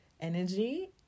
energy